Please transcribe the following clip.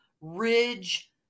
Ridge